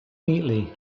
neatly